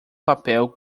papel